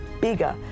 bigger